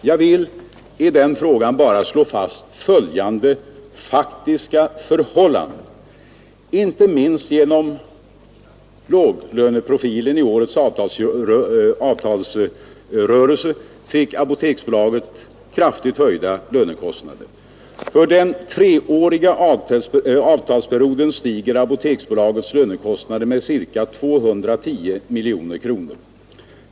Jag vill i den frågan bara slå fast följande faktiska förhållande. Inte minst genom låglöneprofilen i årets avtalsrörelse fick Apoteksbolaget kraftigt höjda lönekostnader. För den treåriga avtalsperioden stiger Apoteksbolagets lönekostnader med ca 210 miljoner kronor.